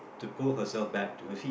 to pull herself back to her feet